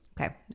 Okay